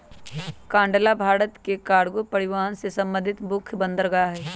कांडला भारत के कार्गो परिवहन से संबंधित मुख्य बंदरगाह हइ